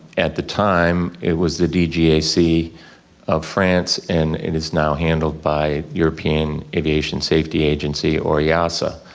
at the time it was the dgac of france and it is now handled by european aviation safety agency or yeah ah easa.